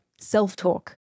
self-talk